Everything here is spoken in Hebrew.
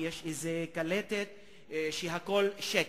ויש איזו קלטת שהכול שקר.